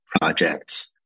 projects